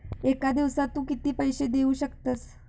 एका दिवसात तू किती पैसे देऊ शकतस?